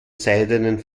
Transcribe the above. seidenen